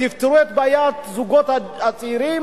תפתרו את בעיית הזוגות הצעירים,